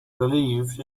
believed